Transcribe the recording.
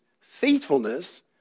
faithfulness